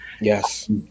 Yes